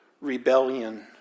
rebellion